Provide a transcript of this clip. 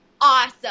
Awesome